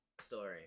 story